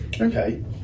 Okay